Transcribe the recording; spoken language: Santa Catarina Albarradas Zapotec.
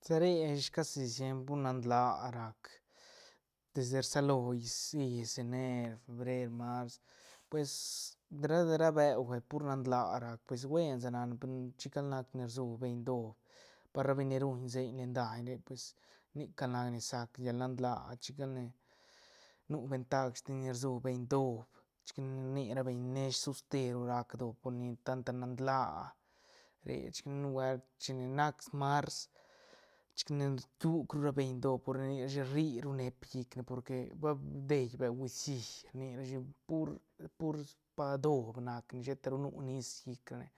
Sa re ish casi siempr pur nan laa rac desde rsalo is- is ener, febrer, mars pues rde- rde bauga pur nan la rac pues buen sa nac ne per chi cal nac ni rsu beñ doob par ra beñ ni ruñ seiñ len daiñ re pues nic gal nac ni sac llal nan laa chicane nu vetag sten ni rsubeñ doob chic rni ra beñ ne nesh soste ru rac doob por ni tan ta nan laa re chic nubuelt chine nac mars chic me rkiuj ru ra beñ doob por ni rni rashi rri ru neep llicne porque ba bidei beu gucií rni rashi pur- pur pa doob nac ne sheta ru nu nis llic rane